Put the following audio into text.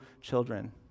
children